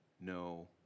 no